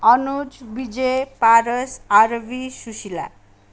Anuj Vijay Paras Aarvi Sushila